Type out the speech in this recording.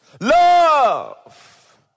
love